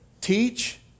teach